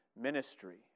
ministry